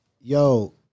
Yo